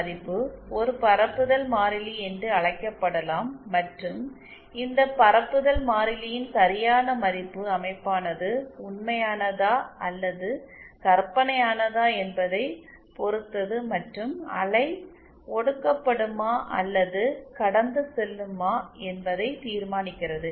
மதிப்பு ஒரு பரப்புதல் மாறிலி என்று அழைக்கப்படலாம் மற்றும் இந்த பரப்புதல் மாறிலியின் சரியான மதிப்பு அமைப்பானது உண்மையானதா அல்லது கற்பனையானதா என்பதைப் பொறுத்தது மற்றும் அலை ஒடுக்கப்படுமா அல்லது கடந்து செல்லுமா என்பதை தீர்மானிக்கிறது